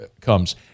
comes